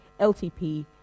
LTP